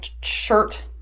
shirt